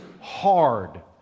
hard